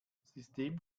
system